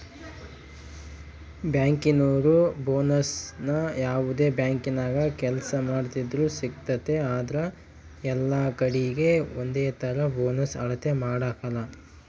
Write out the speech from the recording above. ಬ್ಯಾಂಕಿನೋರು ಬೋನಸ್ನ ಯಾವ್ದೇ ಬ್ಯಾಂಕಿನಾಗ ಕೆಲ್ಸ ಮಾಡ್ತಿದ್ರೂ ಸಿಗ್ತತೆ ಆದ್ರ ಎಲ್ಲಕಡೀಗೆ ಒಂದೇತರ ಬೋನಸ್ ಅಳತೆ ಮಾಡಕಲ